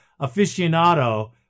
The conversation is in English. aficionado